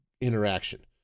interaction